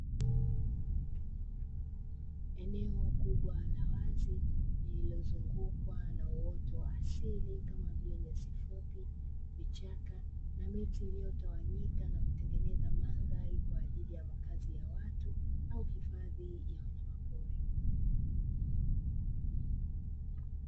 Eneo kubwa la wazi, lililozungukwa na uoto wa asili, kama vile nyasi fupi, vichaka na miti, iliotawanyika na kutengeneza mandhari kwa ajili ya makazi ya watu na uhifadhi wa wanyamapori.